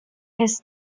his